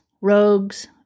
rogues